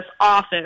office